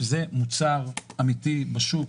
שזה מוצר אמיתי בשוק,